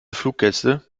fluggäste